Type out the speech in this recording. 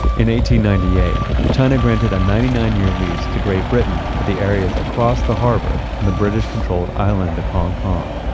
in one ninety eight china granted a ninety nine year lease to great britain for the areas across the harbour. and the british controlled island of hong kong.